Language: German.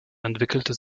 entwickelte